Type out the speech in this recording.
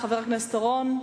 חבר הכנסת אורון?